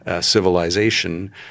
civilization